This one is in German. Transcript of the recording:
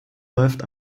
läuft